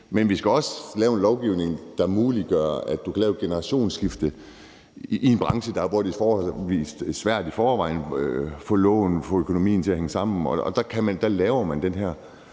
Men vi skal også lave en lovgivning, der muliggør, at du kan lave et generationsskifte i en branche, hvor det er forholdsvis svært i forvejen at få loven og økonomien til at hænge sammen. Der laver man den her